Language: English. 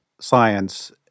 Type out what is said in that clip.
science